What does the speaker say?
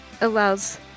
allows